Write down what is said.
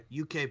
UK